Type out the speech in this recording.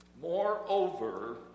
Moreover